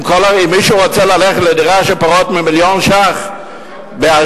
אם מישהו רוצה ללכת לדירה של פחות ממיליון ש"ח באשדוד,